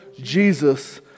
Jesus